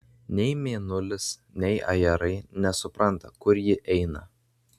nei mėnulis nei ajerai nesupranta kur ji eina